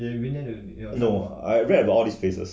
no I read about all this places